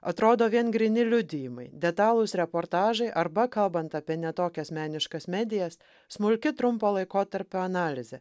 atrodo vien gryni liudijimai detalūs reportažai arba kalbant apie ne tokias meniškas medijas smulki trumpo laikotarpio analizė